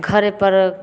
घरेपर